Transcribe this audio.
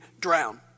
drown